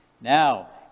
Now